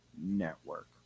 Network